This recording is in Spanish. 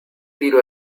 tiro